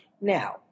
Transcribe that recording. Now